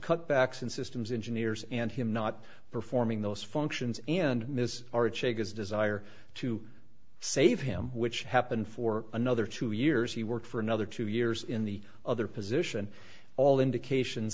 cutbacks in systems engineers and him not performing those functions and miss our chiggers desire to save him which happened for another two years he worked for another two years in the other position all indication